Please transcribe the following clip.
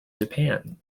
japan